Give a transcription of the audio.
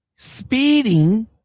Speeding